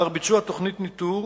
לאחר ביצוע תוכנית ניטור,